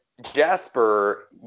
Jasper